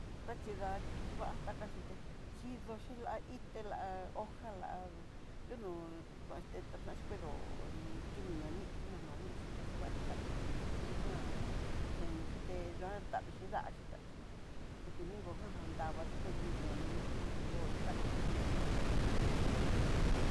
Tachida'a kitivantá taka xhité yidoxi lahité lá'a hojá la'a yunó kuexte ti'ó danaxhi kedóo kinanix nananix texivaxin taka, yukan chenexité yuan tavii xhi dáxhi tavii xhí, tekiningo tajá ján davaxhí kudiké keninja tinikidó takaxi.